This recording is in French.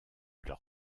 leur